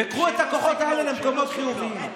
וקחו את הכוחות האלה למקומות חיוביים.